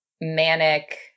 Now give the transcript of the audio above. manic